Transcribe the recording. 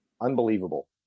unbelievable